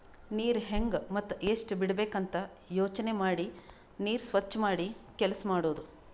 ನೀರ್ ಹೆಂಗ್ ಮತ್ತ್ ಎಷ್ಟ್ ಬಿಡಬೇಕ್ ಅಂತ ಯೋಚನೆ ಮಾಡಿ ನೀರ್ ಸ್ವಚ್ ಮಾಡಿ ಕೆಲಸ್ ಮಾಡದು